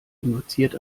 induziert